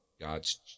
God's